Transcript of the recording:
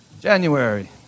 January